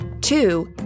Two